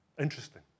Interesting